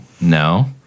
No